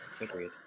Agreed